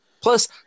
Plus